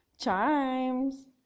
Chimes